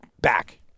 back